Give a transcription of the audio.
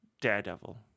daredevil